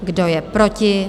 Kdo je proti?